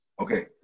Okay